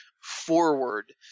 forward